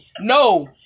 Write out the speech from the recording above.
no